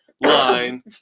line